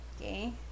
okay